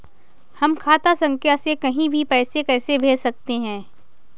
हम खाता संख्या से कहीं भी पैसे कैसे भेज सकते हैं?